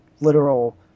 literal